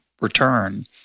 return